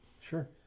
Sure